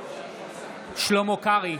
שלמה קרעי,